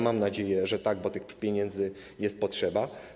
Mam nadzieję, że tak, bo tych pieniędzy potrzeba.